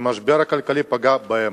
שהמשבר הכלכלי פגע בהם.